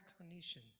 recognition